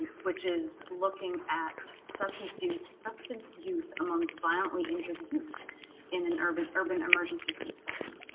which is looking at substance use substance use among violently injured youth in an urban urban emergency room setting.